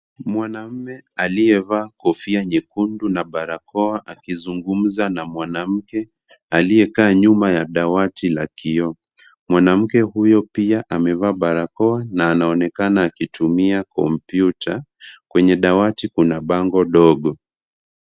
Mwanamume aliyevaa kofia nyekundu na barakoa akizungumza na mwanamke, aliyekaa nyuma ya dawati la kioo. Mwanamke huyo pia amevaa barakoa na anaonekana akitumia kompyuta. Kwenye dawati kuna bango dogo.